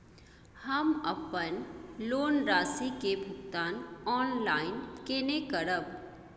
हम अपन लोन राशि के भुगतान ऑनलाइन केने करब?